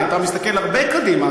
כי אתה מסתכל הרבה קדימה.